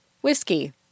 whiskey